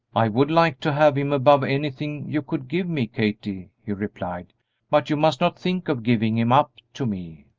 i would like to have him above anything you could give me, kathie, he replied but you must not think of giving him up to me.